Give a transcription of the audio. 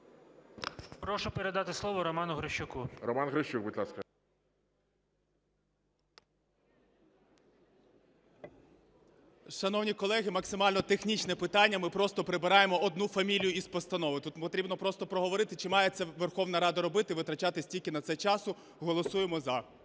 Прошу передати слово Роману Грищуку. ГОЛОВУЮЧИЙ. Роман Грищук, будь ласка. 12:56:53 ГРИЩУК Р.П. Шановні колеги, максимально технічне питання, ми просто прибираємо одну фамилию із постанови. Тут потрібно просто проговорити, чи має це Верховна Рада робити – витрачати стільки на це часу, голосуємо "за".